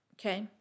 okay